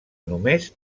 només